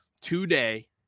today